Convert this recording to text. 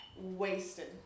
Wasted